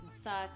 suck